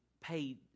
paid